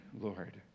Lord